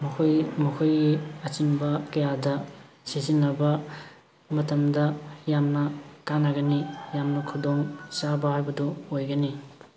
ꯃꯈꯣꯏ ꯃꯈꯣꯏꯒꯤ ꯑꯆꯤꯟꯕ ꯀꯌꯥꯗ ꯁꯤꯖꯤꯟꯅꯕ ꯃꯇꯝꯗ ꯌꯥꯝꯅ ꯀꯥꯅꯒꯅꯤ ꯌꯥꯝꯅ ꯈꯨꯗꯣꯡꯆꯥꯕ ꯍꯥꯏꯕꯗꯨ ꯑꯣꯏꯒꯅꯤ